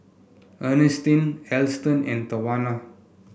Earnestine Alston and Tawanna